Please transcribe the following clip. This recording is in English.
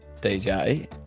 DJ